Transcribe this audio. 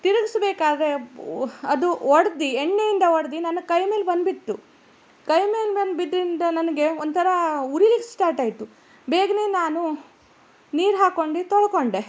ತಿರಗಿಸ್ಬೇಕಾದ್ರೆ ಅದು ಒಡ್ದು ಎಣ್ಣೆಯಿಂದ ಒಡ್ದು ನನ್ನ ಕೈ ಮೇಲೆ ಬಂದು ಬಿತ್ತು ಕೈ ಮೇಲೆ ಬಂದು ಬಿದ್ದರಿಂದ ನನಗೆ ಒಂಥರ ಉರಿಲಿಕ್ಕೆ ಸ್ಟಾರ್ಟ್ ಆಯಿತು ಬೇಗನೆ ನಾನು ನೀರು ಹಾಕ್ಕೊಂಡು ತೊಳಕೊಂಡೆ